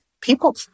people